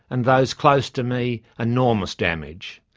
and those close to me, enormous damage.